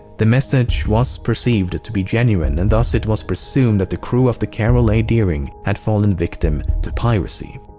the message was perceived to be genuine and thus it was presumed that the crew of the carroll a. deering had fallen victim to piracy.